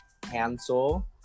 cancel